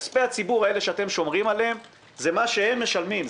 כספי הציבור האלה שאתם שומרים עליהם זה מה שהם משלמים,